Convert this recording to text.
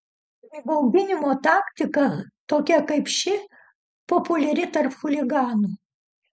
įbauginimo taktika tokia kaip ši populiari tarp chuliganų